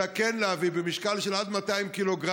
אלא כן להביא במשקל של עד 200 ק"ג,